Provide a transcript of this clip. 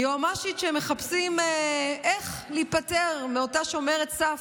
מחפשים איך להיפטר מאותה שומרת סף,